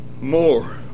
More